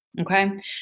Okay